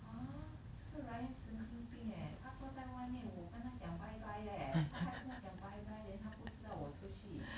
!huh! 这个 ryan 神经病 eh 他坐在外面我跟他讲 bye bye leh 他还跟我讲 bye bye then 他不知道我出去